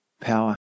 power